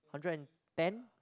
hundred and ten